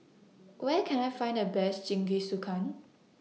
Where Can I Find The Best Jingisukan